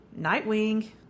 Nightwing